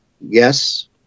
yes